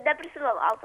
neprisimenu auto